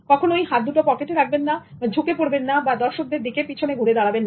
কখনোই হাত দুটো পকেটে রাখবেন না ঝুঁকে পড়বেন না বা দর্শকদের দিকে পিছন ঘুরে দাঁড়াবেন না